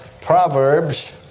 Proverbs